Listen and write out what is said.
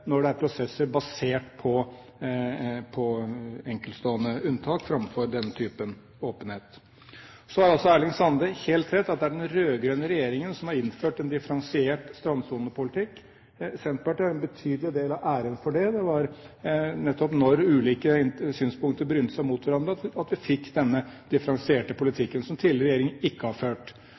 når det er prosesser basert på enkeltstående unntak framfor denne typen åpenhet. Så har altså Erling Sande helt rett i at det er den rød-grønne regjeringen som har innført en differensiert strandsonepolitikk. Senterpartiet har en betydelig del av æren for det. Det var nettopp da ulike synspunkter brynet seg mot hverandre at vi fikk denne differensierte politikken, som tidligere regjeringer ikke har ført.